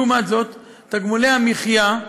לעומת זאת, תגמולי המחיה,